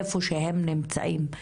איפה שהם נמצאים,